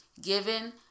given